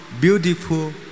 beautiful